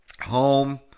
Home